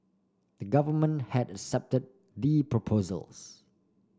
the government had accepted the proposals